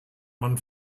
man